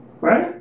Right